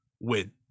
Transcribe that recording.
win